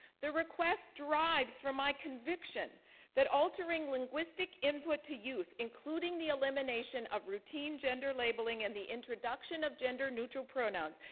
the request derives from my conviction that altering linguistic input to youth, including the elimination of routine gender labeling and the introduction of gender neutral pronouns,